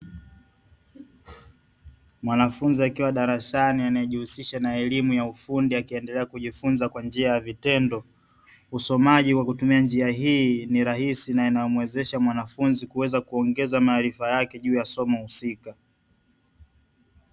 Mwanafunzi akiwa darasani akijihusisha na elimu ya ufundi akiendelea kujifunza kwa njia ya vitendo. Usomaji wa kutumia njia hii ni rahisi na inayomwezesha mwanafunzi kuweza kuongeza maarifa yake juu ya somo husika.